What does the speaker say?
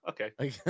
okay